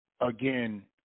again